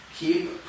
Keep